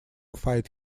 fight